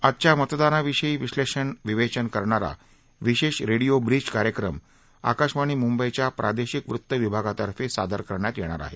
आजच्या मतदानाविषयी विश्लेषण विवेचन करणारा विशेष रेडिओ ब्रीज कार्यक्रम आकाशवाणी मुंबईच्या प्रादेशिक वृत्तविभागातर्फे सादर करण्यात येणार आहे